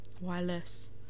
Wireless